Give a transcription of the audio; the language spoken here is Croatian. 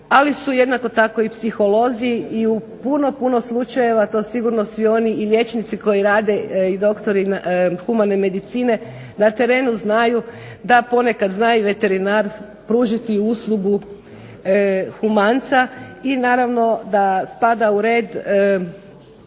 ali su jednako tako i psiholozi i u puno, puno slučajeve to svi oni i liječnici koji rade i doktori humane medicine na terenu znaju da ponekad zna i veterinar pružiti uslugu humanca i naravno da spada u red